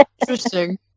Interesting